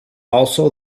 also